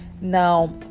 Now